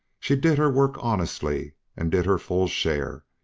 she did her work honestly, and did her full share,